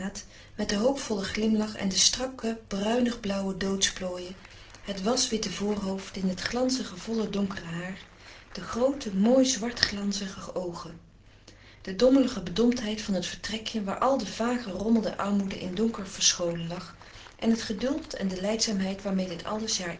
met den hoopvollen glimlach en de strakke bruinig blauwe doods plooien het was witte voorhoofd in t glanzige volle donkere haar de groote mooie zwart glanzige oogen de dommelige bedomptheid van het vertrekje waar al de vage rommel der armoede in donker verscholen lag en het geduld en de lijdzaamheid waarmee dit alles